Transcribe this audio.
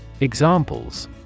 Examples